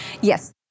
Yes